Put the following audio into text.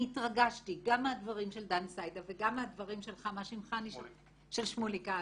אני התרגשתי גם מהדברים של דן סידה וגם מהדברים של שמוליק כץ.